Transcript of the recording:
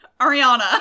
Ariana